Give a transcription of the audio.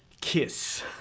KISS